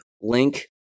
link